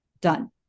done